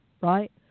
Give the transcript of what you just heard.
right